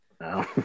No